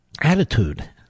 attitude